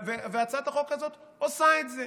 והצעת החוק הזאת עושה את זה.